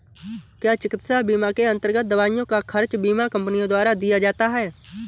क्या चिकित्सा बीमा के अन्तर्गत दवाइयों का खर्च बीमा कंपनियों द्वारा दिया जाता है?